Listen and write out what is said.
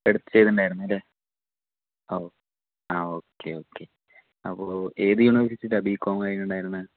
ചെയ്തിട്ടുണ്ടായിരുന്നു അല്ലേ ഓ ആ ഓക്കേ ഒക്കെ അപ്പോൾ ഏത് യൂണിവേഴ്സിറ്റിയിലാണ് ബികോം കഴിഞ്ഞിട്ടുണ്ടായിരുന്നത്